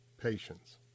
patience